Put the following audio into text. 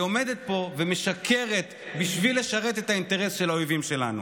והיא עומדת פה ומשקרת בשביל לשרת את האינטרס של האויבים שלנו.